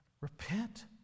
Repent